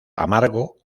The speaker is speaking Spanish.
amargo